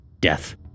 death